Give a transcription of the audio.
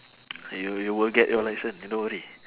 you will you will get your licence don't worry